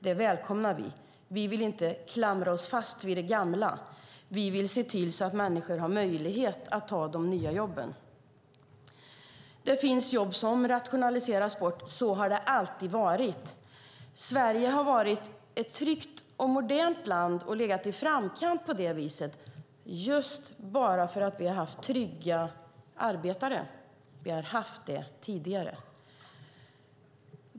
Det välkomnar vi. Vi vill inte klamra oss fast vid det gamla. Vi vill se till att människor har möjlighet att ta de nya jobben. Det finns jobb som rationaliseras bort. Så har det alltid varit. Sverige har varit ett tryggt och modernt land och legat i framkant för att vi har haft trygga arbetare. Vi har haft det, tidigare.